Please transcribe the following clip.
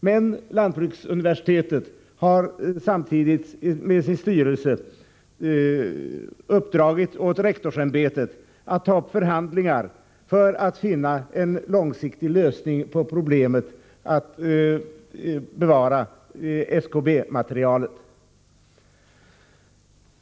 Men lantbruksuniversitetet har samtidigt genom sin styrelse uppdragit åt rektorsämbetet att ta upp förhandlingar för att finna en långsiktig lösning på problemet att bevara SKB-materialet.